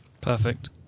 Perfect